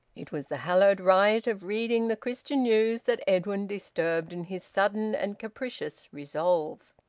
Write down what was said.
it was the hallowed rite of reading the christian news that edwin disturbed in his sudden and capricious resolve.